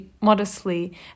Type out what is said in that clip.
modestly